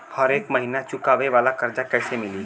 हरेक महिना चुकावे वाला कर्जा कैसे मिली?